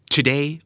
Today